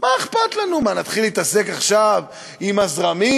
מה אכפת לנו, מה, נתחיל להתעסק עכשיו עם הזרמים,